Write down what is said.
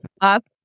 up